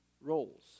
roles